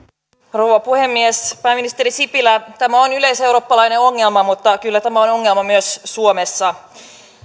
rouva puhemies pääministeri sipilä tämä on yleiseurooppalainen ongelma mutta kyllä tämä on ongelma myös suomessa